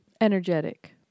Energetic